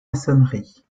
maçonnerie